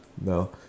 No